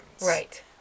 Right